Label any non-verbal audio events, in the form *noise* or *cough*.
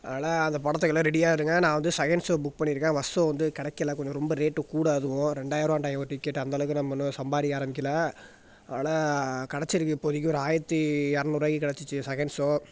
அதனால் அந்த படத்துக்கு எல்லாம் ரெடியாக இருங்க நான் வந்து செகண்ட் ஷோ புக் பண்ணியிருக்கேன் ஃபஷ் ஷோ வந்து கெடைக்கலை கொஞ்சம் ரொம்ப ரேட்டுக் கூட அதுவும் ரெண்டாயிரோம் *unintelligible* ஒரு டிக்கேட்டு அந்த அளவுக்கு நம்ம இன்னும் சம்பாரிக்க ஆரமிக்கில அதனால் கிடச்சிருக்கு இப்போதைக்கி ஒரு ஆயிரத்தி இரநூறுவாய்க்கி கெடச்சிச்சு செகண்ட் ஷோ